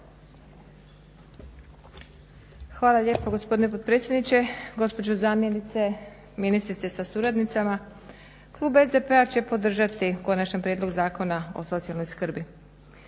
Hvala lijepa gospodine potpredsjedniče, gospođo zamjenice ministrice sa suradnicama. Klub SDP-a će podržati Konačan prijedlog zakona o socijalnoj skrbi.